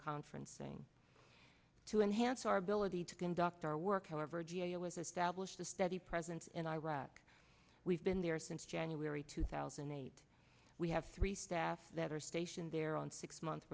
conferencing to enhance our ability to conduct our work however g a o has established a steady presence in iraq we've been there since january two thousand and eight we have three staff that are stationed there on six month